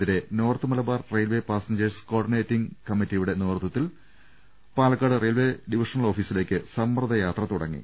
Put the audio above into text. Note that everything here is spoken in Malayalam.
എതിരെ north Malabar railway passengers coordinating കമ്മിറ്റിയുടെ നേതൃത്വത്തിൽ പാലക്കാട് റെയിൽവെ ഡിവിഷണൽ ഓഫീസിലേക്ക് സമ്മർദ യാത്ര തുടങ്ങി